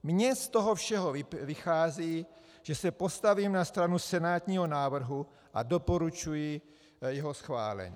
Mně z toho všeho vychází, že se postavím na stranu senátního návrhu a doporučuji jeho schválení.